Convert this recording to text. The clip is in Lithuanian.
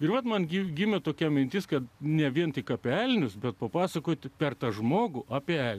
ir juodmargių gimė tokia mintis kad ne vien tik apie elnius bet papasakoti per tą žmogų apie